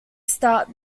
start